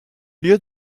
lieu